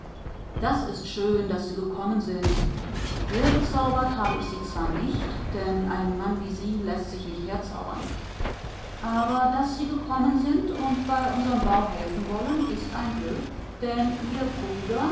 das ist schön daß sie gekommen sind hergezaubert habe ich sie zwar nicht denn ein mann wie sie läßt sich nicht herzaubern aber daß sie gekommen sind und uns bei unserem bau helfen wollen ist ein glück denn ihr bruder